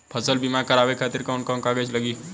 फसल बीमा करावे खातिर कवन कवन कागज लगी?